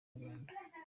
uganda